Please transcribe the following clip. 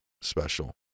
special